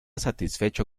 satisfecho